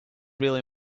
really